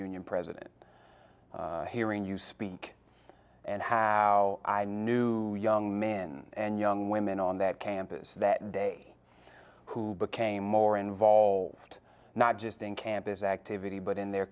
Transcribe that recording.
union president hearing you speak and how i knew young men and young women on that campus that day who became more involved not just in campus activity but in their